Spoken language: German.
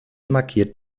markiert